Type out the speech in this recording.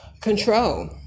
control